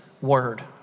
word